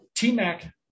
T-Mac